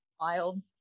wild